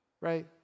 Right